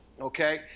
okay